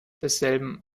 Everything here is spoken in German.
desselben